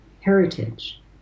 heritage